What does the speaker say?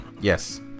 Yes